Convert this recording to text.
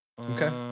Okay